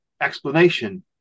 explanation